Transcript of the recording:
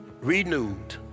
renewed